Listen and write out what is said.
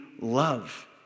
love